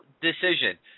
decision